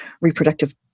reproductive